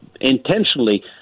intentionally